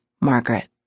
Margaret